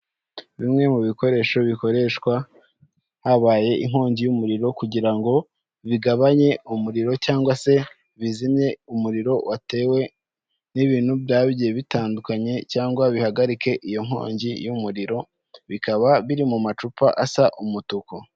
Bimwe mu bikoresho bikoreshwa, habaye inkongi y'umuriro, kugira ngo bigabanye umuriro, cyangwa se bizimye umuriro, watewe n'ibintu byaba bigiye bitandukanye, cyangwa bihagarike iyo nkongi y'umuriro, bikaba biri mu macupa asa umutuku.